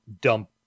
dump